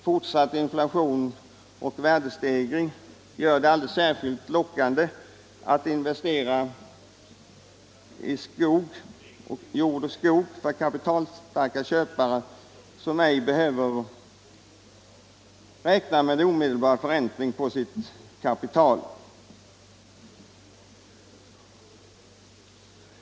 Fortsatt inflation och värdestegring gör det ju alldeles särskilt lockande att investera i jord och skog för kapitalstarka köpare som ej behöver omedelbar förräntning på sitt kapital.